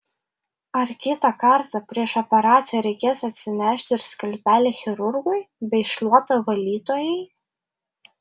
ar kitą kartą prieš operaciją reikės atsinešti ir skalpelį chirurgui bei šluotą valytojai